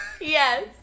Yes